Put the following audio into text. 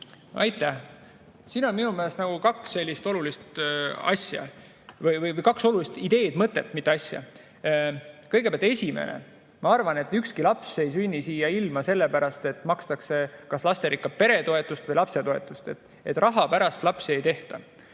Aitäh! Siin on minu meelest kaks sellist olulist asja või [õigemini] kaks olulist ideed, mõtet, mitte asja. Kõigepealt esimene. Ma arvan, et ükski laps ei sünni siia ilma sellepärast, et makstakse kas lasterikka pere toetust või lapsetoetust. Raha pärast lapsi ei tehta.